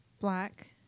black